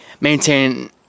Maintain